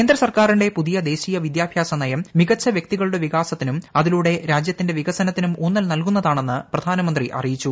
കേന്ദ്ര സർക്കാരിന്റെ പുതിയ ദേശീയ വിദ്യാഭ്യാസ നയം മികച്ച വ്യക്തികളുടെ വികാസത്തിനും അതിലൂടെ രാജ്യത്തിന്റെ വികസനത്തിനും ഊന്നൽ നൽകുന്നതാണെന്ന് പ്രധാനമന്ത്രി അറിയിച്ചു